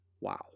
Wow